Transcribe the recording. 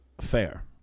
fair